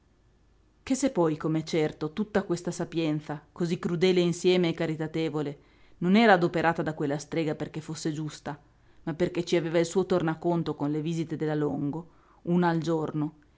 che se poi com'è certo tutta questa sapienza cosí crudele insieme e caritatevole non era adoperata da quella strega perché fosse giusta ma perché ci aveva il suo tornaconto con le visite della longo una al giorno